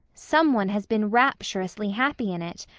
some one has been rapturously happy in it.